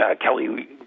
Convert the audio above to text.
Kelly